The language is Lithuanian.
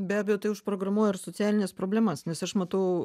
be abejo tai užprogramuoja ir socialines problemas nes aš matau